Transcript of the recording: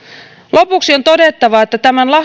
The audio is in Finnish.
lopuksi on todettava että tämän